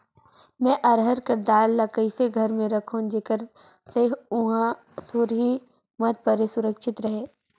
मैं अरहर कर दाल ला कइसे घर मे रखों जेकर से हुंआ सुरही मत परे सुरक्षित रहे?